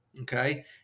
okay